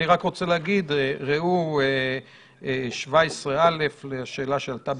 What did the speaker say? בסעיף 17 כתוב: